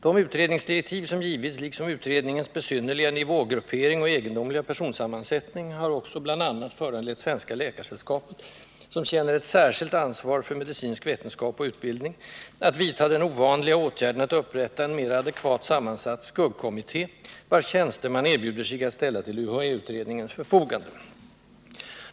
De utredningsdirektiv som givits, liksom utredningens besynnerliga nivågruppering och egendomliga personsammansättning, har också bl.a. föranlett Svenska läkaresällskapet, som känner ett särskilt ansvar för medicinsk vetenskap och utbildning, att vidta den ovanliga åtgärden att upprätta en mera advekat sammansatt ”skuggkommitté”, vars tjänster man erbjuder sig att ställa till UHÄ-utredningens förfogande.